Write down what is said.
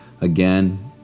again